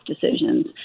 decisions